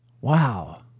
Wow